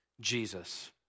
Jesus